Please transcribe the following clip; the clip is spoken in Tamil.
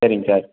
சரிங்க சார்